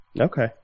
Okay